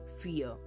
fear